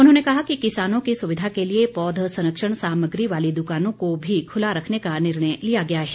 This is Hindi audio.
उन्होंने कहा कि किसानों की सुविधा के लिए पौध संरक्षण सामग्री वाली दुकानों को भी खुला रखने का निर्णय लिया गया है